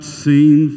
seen